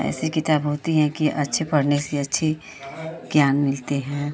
ऐसी किताब होती हैं कि अच्छे पढ़ने से अच्छे ज्ञान मिलते हैं